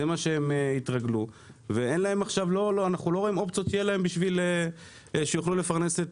לזה הם התרגלו ואין להם אופציות כדי לפרנס את